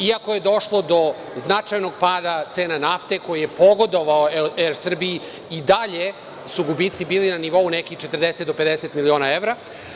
Iako je došlo do značajnog pada cene nafte koji je pogodovao Er Srbiji i dalje su gubici bili na nivou nekih 40 do 50 miliona evra.